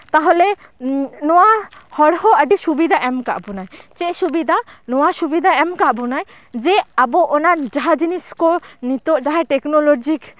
ᱛᱟᱦᱚᱞᱮ ᱱᱚᱣᱟ ᱦᱚᱲᱦᱚᱸ ᱟᱹᱰᱤ ᱥᱩᱵᱤᱫᱷᱟ ᱮᱢ ᱠᱟᱜ ᱵᱚᱱᱟᱭ ᱪᱮᱫ ᱥᱩᱵᱤᱫᱷᱟ ᱱᱚᱣᱟ ᱥᱩᱵᱤᱫᱷᱟ ᱮᱢ ᱠᱟᱜ ᱵᱚᱱᱟᱭ ᱡᱮ ᱟᱵᱚ ᱚᱱᱟ ᱡᱟᱦᱟᱸ ᱡᱤᱱᱤᱥ ᱠᱚ ᱱᱤᱛᱚᱜ ᱡᱟᱦᱟᱸᱭ ᱴᱮᱠᱱᱚᱞᱚᱡᱤ